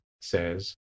says